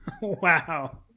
Wow